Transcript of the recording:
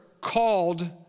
called